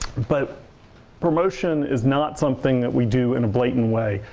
but promotion is not something that we do in a blatant way.